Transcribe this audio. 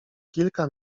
kilka